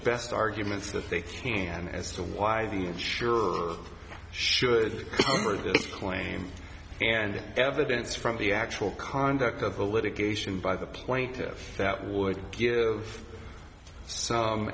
best arguments that they can as to why the insurer should cover this claim and evidence from the actual conduct of the litigation by the plaintiffs that would give some